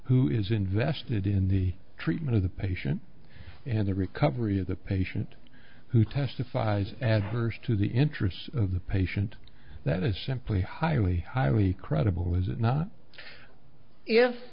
who is invested in the treatment of the patient and the recovery of the patient who testifies adverse to the interests of the patient that is simply highly highly credible was it not if